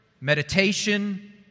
meditation